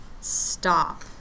Stop